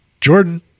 Jordan